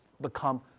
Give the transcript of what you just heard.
become